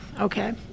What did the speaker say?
okay